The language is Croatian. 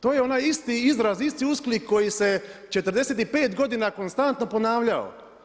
To je onaj isti izraz, isti usklik koji se 45 godina konstantno ponavljao.